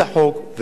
ולא חוקי,